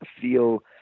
feel